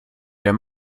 der